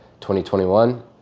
2021